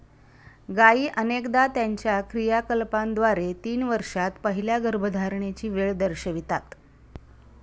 गायी अनेकदा त्यांच्या क्रियाकलापांद्वारे तीन वर्षांत पहिल्या गर्भधारणेची वेळ दर्शवितात